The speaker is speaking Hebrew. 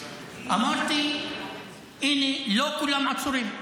אמרתי: הינה, לא כולם עצורים.